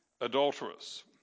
adulterous